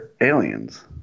aliens